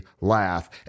laugh